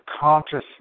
consciousness